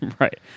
right